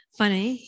funny